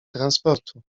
transportu